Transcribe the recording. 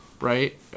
right